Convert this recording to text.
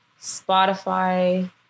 Spotify